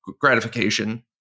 gratification